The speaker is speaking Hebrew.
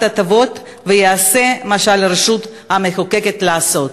ההטבות ויעשה מה שעל הרשות המחוקקת לעשות.